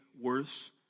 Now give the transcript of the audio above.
worse